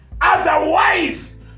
Otherwise